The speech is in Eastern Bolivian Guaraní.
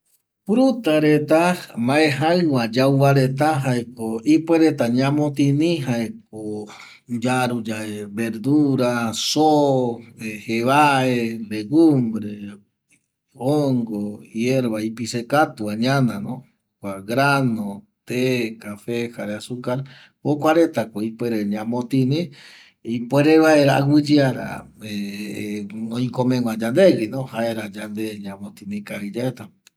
Fruta reta mbae jaiva yauva reta jaeko ipuereta ñamotini jaeko yaruyave verdura, soo, jevae legumbre, hongo, hierba ipise katuva ñanano jokua grano, te, café jare azucar, jokuaretako ipuere ñamotini ipuere vaera aguƚyeara oikomeguä yandeguino jaera yande ñamotini kavi yaeta